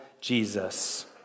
Jesus